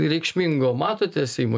reikšmingo matote seimo